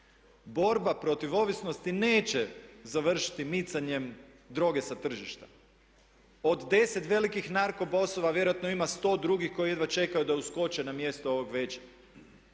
Borba protiv ovisnosti neće završiti micanjem droge sa tržišta. Od 10 velikih narko bossova vjerojatno ima 100 drugih koji jedva čekaju da uskoće na mjesto ovog većeg.